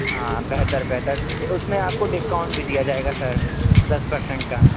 ہاں بہتر بہتر اس میں آپ کو ڈسکاؤنٹ بھی دیا جائے گا سر دس پر سینٹ کا